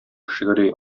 шигъри